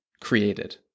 created